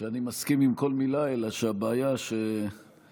שאני מסכים עם כל מילה, אלא שהבעיה שיש,